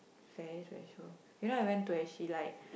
very special you know I went to actually like